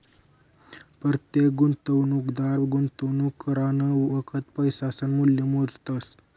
परतेक गुंतवणूकदार गुंतवणूक करानं वखत पैसासनं मूल्य मोजतस